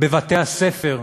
בבתי הספר,